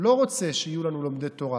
לא רוצה שיהיו לנו לומדי תורה,